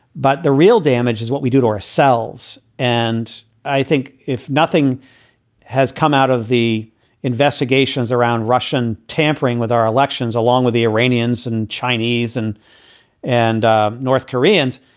but the real damage is what we do to ourselves. and i think if nothing has come out of the investigations around russian tampering with our elections, along with the iranians and chinese and and ah north koreans,